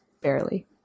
barely